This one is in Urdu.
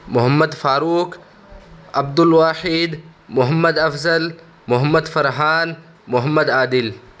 محمد فاروق عبد الواحد محمد افضل محمد فرحان محمد عادل